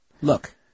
Look